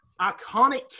iconic